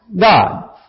God